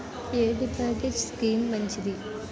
ఎ deposit scheme మంచిది?